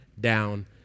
down